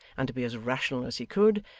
and to be as rational as he could,